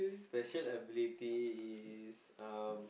special ability is um